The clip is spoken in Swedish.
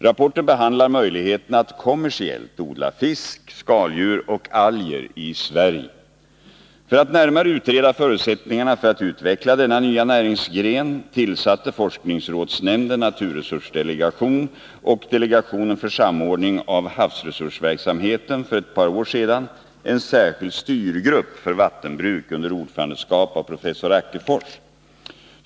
Rapporten behandlar möjligheterna att kommersiellt odla fisk, skaldjur och alger i Sverige. För att närmare utreda förutsättningarna för att utveckla denna nya näringsgren tillsatte forskningsrådsnämndens naturresursdelegation och delegationen för samordning av havsresursverksamheten för ett par år sedan en särskild styrgrupp för vattenbruk under ordförandeskap av professor Ackefors.